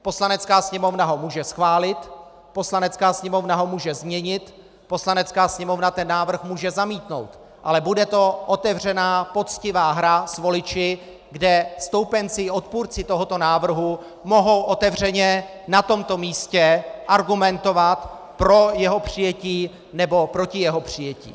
Poslanecká sněmovna ho může schválit, Poslanecká sněmovna ho může změnit, Poslanecká sněmovna ten návrh může zamítnout, ale bude to otevřená, poctivá hra s voliči, kde stoupenci i odpůrci tohoto návrhu mohou otevřeně na tomto místě argumentovat pro jeho přijetí, nebo proti jeho přijetí.